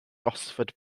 gosford